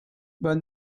but